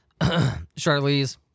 Charlize